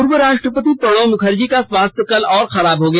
पूर्व राष्ट्रपति प्रणब मुखर्जी का स्वास्थ्य कल और खराब हो गया